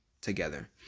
together